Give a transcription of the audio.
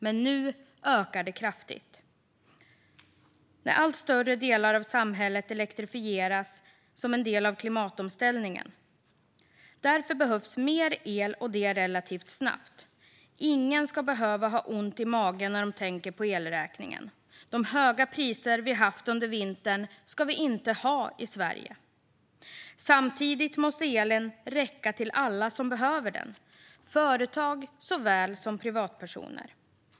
Men nu ökar det kraftigt när allt större delar av samhället elektrifieras som en del av klimatomställningen. Därför behövs mer el och det relativt snabbt. Ingen ska behöva ha ont i magen när de tänker på elräkningen. De höga priser vi haft under vintern ska vi inte ha i Sverige. Samtidigt måste elen räcka till alla som behöver den, företag såväl som privatpersoner.